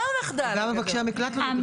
זה המחדל הגדול.